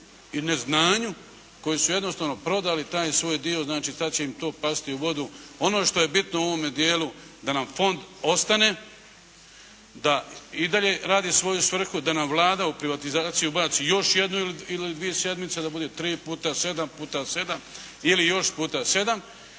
i neznanju, koji su jednostavno prodali taj svoj dio znači tad će im to pasti u vodu. Ono što je bitno u ovome dijelu da nam fond ostane, da i dalje radi svoju svrhu, da nam Vlada u privatizaciju ubaci još jednu ili dvije sedmice, da bude tri puta sedam puta sedam ili još puta sedam.